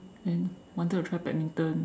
and then wanted to try badminton